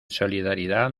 solidaridad